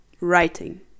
writing